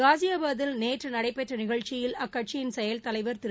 காஸியாபாதில் நேற்று நடைபெற்ற நிகழ்ச்சியில் அக்கட்சியின் செயல் தலைவர் திரு